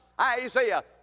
Isaiah